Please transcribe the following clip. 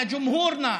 להתנחלויות,